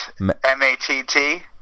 M-A-T-T